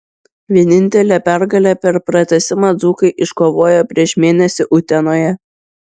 vienintelę pergalę per pratęsimą dzūkai iškovojo prieš mėnesį utenoje